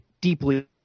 deeply